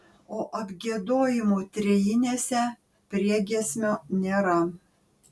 o apgiedojimų trejinėse priegiesmio nėra